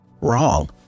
wrong